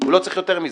ולא צריך יותר מזה,